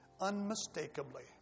Unmistakably